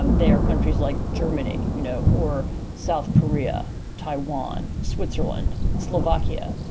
um they are countries like germany you know or south korea, taiwan, switzerland, slovakia.